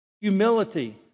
Humility